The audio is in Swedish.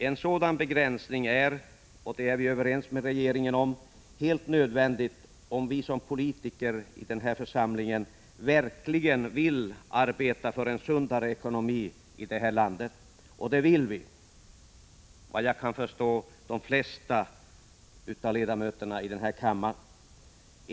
En sådan begränsning är — det är vi överens med regeringen om — helt nödvändig om vi som politiker i denna församling verkligen vill arbeta för en sundare ekonomi i det här landet. Och det vill, såvitt jag kan förstå, de flesta av ledamöterna i denna kammare.